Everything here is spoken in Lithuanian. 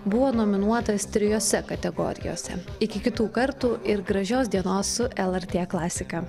buvo nominuotas trijose kategorijose iki kitų kartų ir gražios dienos su lrt klasika